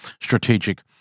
strategic